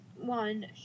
one